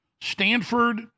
Stanford